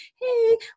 hey